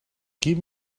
give